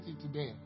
today